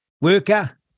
worker